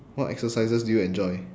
what exercises do you enjoy